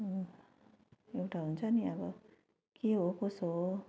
एउटा हुन्छ नि अब के हो कसो हो